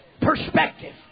perspective